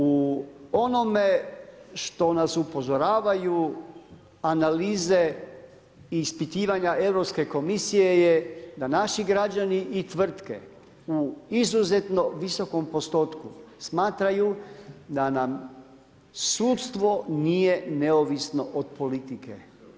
U onome što nas upozoravaju analize i ispitivanje Europske komisije je da naši građani i tvrtke u izuzetno visokom postotku smatraju da nam sudstvo nije neovisno od politike.